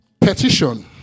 Petition